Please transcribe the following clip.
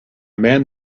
man